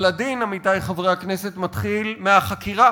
אבל הדין, עמיתי חברי הכנסת, מתחיל מהחקירה,